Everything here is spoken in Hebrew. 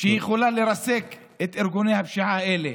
שהיא יכולה לרסק את ארגוני הפשיעה האלה,